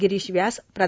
गिरीष व्यास प्रा